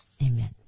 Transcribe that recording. Amen